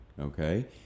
Okay